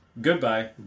Goodbye